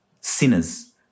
sinners